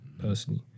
personally